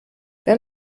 wenn